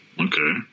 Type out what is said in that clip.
okay